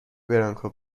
برانکو